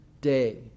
day